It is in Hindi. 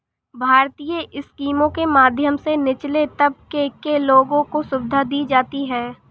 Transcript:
भारतीय स्कीमों के माध्यम से निचले तबके के लोगों को सुविधा दी जाती है